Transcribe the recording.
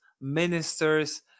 ministers